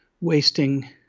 wasting